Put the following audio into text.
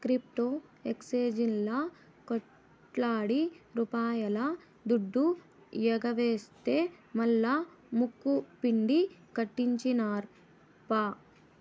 crypto ఎక్సేంజీల్లా కోట్లాది రూపాయల దుడ్డు ఎగవేస్తె మల్లా ముక్కుపిండి కట్టించినార్ప